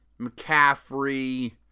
McCaffrey